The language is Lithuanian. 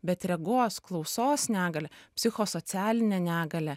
bet regos klausos negalia psichosocialinė negalia